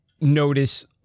notice